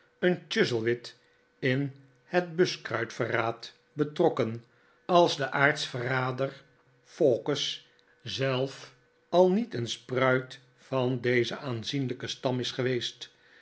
een chuzzlewit in het buskruitverraad betrokken als de aartsverrader fawkes zelf al niet een spruit van dezen aanzienlijken stam is geweest